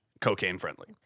cocaine-friendly